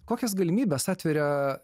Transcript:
kokias galimybes atveria